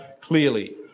clearly